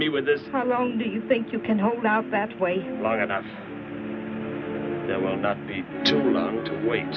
me with this how long do you think you can hold out that way so long enough that will not be too long to wait